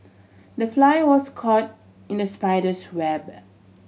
the fly was caught in the spider's web